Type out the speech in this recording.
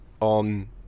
on